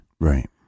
right